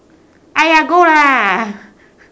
!aiya! go lah